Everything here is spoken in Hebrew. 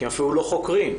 כי אפילו לא חוקרים.